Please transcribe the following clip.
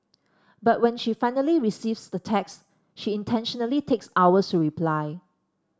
but when she finally receives the text she intentionally takes hours reply